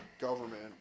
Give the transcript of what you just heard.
government